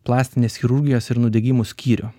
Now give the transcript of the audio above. plastinės chirurgijos ir nudegimų skyrių